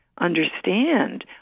understand